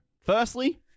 firstly